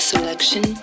selection